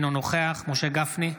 אינו נוכח משה גפני,